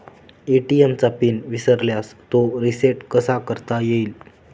ATM चा PIN विसरल्यास तो रिसेट कसा करता येईल?